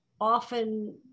often